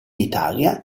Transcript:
italia